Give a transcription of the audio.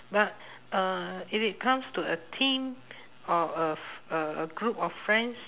but uh if it comes to a team or a f~ a a group of friends